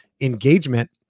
engagement